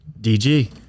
DG